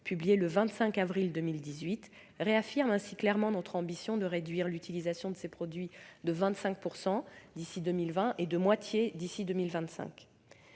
publié le 25 avril 2018, réaffirme ainsi clairement notre ambition de réduire l'utilisation de ces produits de 25 % d'ici à 2020 et de moitié d'ici à 2025.